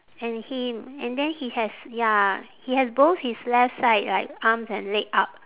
and him and then he has ya he has both his left side like arms and leg up